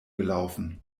gelaufen